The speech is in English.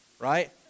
right